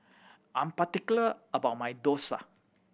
I'm particular about my dosa